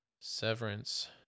Severance